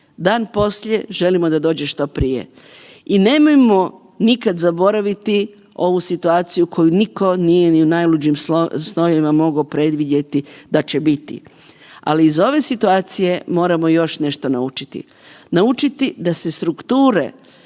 dan poslije želimo da dođe što prije. I nemojmo nikad zaboraviti ovu situaciju koju nitko nije ni u najluđim snovima mogao predvidjeti da će biti, ali iz ove situacija moramo još nešto naučiti. Naučiti da se strukture